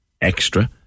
extra